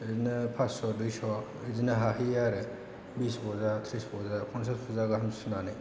ओरैनो पास्स' दुइस' बिदिनो हाहैयो आरो बिस बजा त्रिस बजा पन्सास बजा गाहाम सुनानै